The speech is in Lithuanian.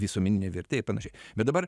visuomeninė vertė ir panašiai bet dabar